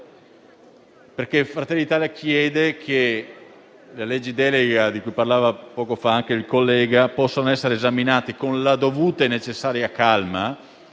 perché Fratelli d'Italia chiede che il disegno di legge delega, di cui parlava poco fa anche il collega, possa essere esaminato con la dovuta e necessaria calma